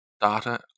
data